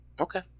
Okay